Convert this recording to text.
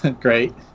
Great